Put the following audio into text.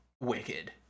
Wicked